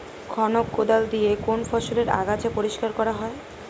খনক কোদাল দিয়ে কোন ফসলের আগাছা পরিষ্কার করা হয়?